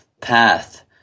path